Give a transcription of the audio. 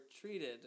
treated